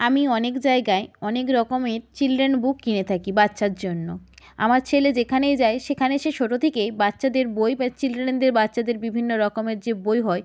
আমি অনেক জায়গায় অনেক রকমের চিলড্রেন বুক কিনে থাকি বাচ্চার জন্য আমার ছেলে যেখানেই যায় সেখানে সে ছোট থেকেই বাচ্চাদের বই বা চিলড্রেনদের বাচ্চাদের বিভিন্ন রকমের যে বই হয়